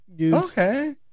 Okay